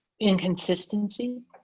inconsistency